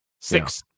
Six